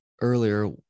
earlier